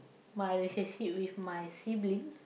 my relationship with my sibling